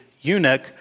eunuch